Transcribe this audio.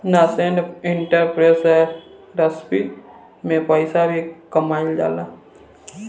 nascent entrepreneurship में पइसा भी कामयिल जाला